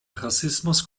rassismus